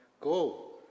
go